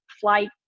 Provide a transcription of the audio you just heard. flight